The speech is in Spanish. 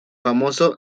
famoso